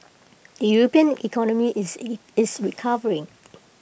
the european economy is IT is recovering